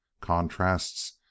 contrasts